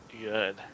good